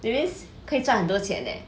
that means 可以赚很多钱 leh